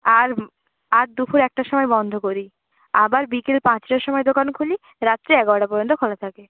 আর আর দুপুর একটার সময় বন্ধ করি আবার বিকেল পাঁচটার সময় দোকান খুলি রাত্রে এগারোটা পর্যন্ত খোলা থাকে